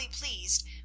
pleased